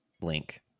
Link